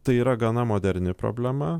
tai yra gana moderni problema